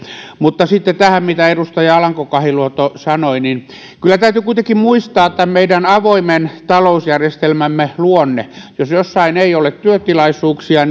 mutta sitten tähän mitä edustaja alkanko kahiluoto sanoi kyllä täytyy kuitenkin muistaa tämän meidän avoimen talousjärjestelmämme luonne jos jossain ei ole työtilaisuuksia